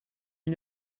n’y